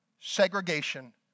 segregation